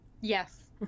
Yes